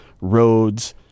roads